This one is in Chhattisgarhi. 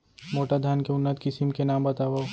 मोटा धान के उन्नत किसिम के नाम बतावव?